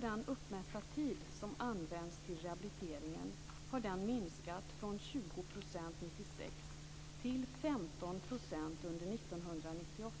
Den uppmätta tid som används till rehabiliteringen har minskat från 20 % 1996 till 15 % under 1998.